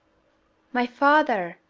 my father!